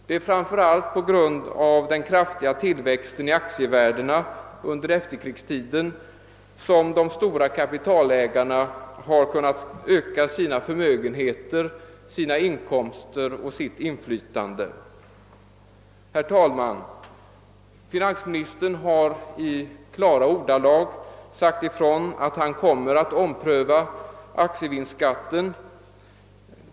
Det är framför allt på grund av den kraftiga tillväxten i aktievärdena under efterkrigstiden som de stora kapitalägarna har kunnat öka sina förmögenheter, sina inkomster och sitt inflytande. Herr talman! Finansministern har i klara ordalag sagt ifrån att han kommer att ompröva aktievinstskatten.